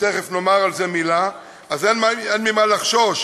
ותכף נאמר על זה מילה, אין ממה לחשוש.